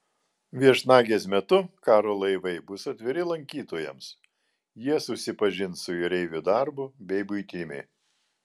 viešnagės metu karo laivai bus atviri lankytojams jie susipažins su jūreivių darbu bei buitimi